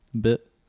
bit